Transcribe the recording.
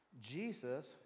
Jesus